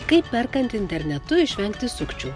kaip perkant internetu išvengti sukčių